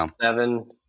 seven